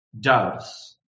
doves